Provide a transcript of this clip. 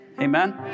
Amen